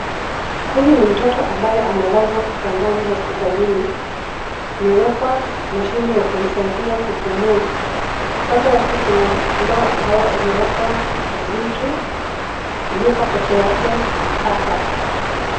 Huyu ni mtoto ambaye amelazwa kitandani hospitalini. Amewekwa mashine ya kumsaidia kupumua. Kando yake kuna ndoo ambayo imewekwa vitu. Yuko pekee yake hapa.